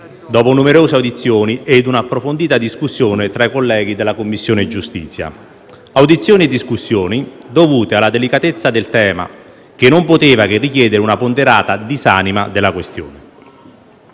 dopo numerose audizioni e un'approfondita discussione tra i colleghi della Commissione giustizia. Le audizioni e le discussioni sono state dovute alla delicatezza del tema, che non poteva che richiedere una ponderata disamina della questione.